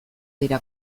dira